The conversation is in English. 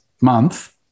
month